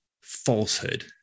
falsehood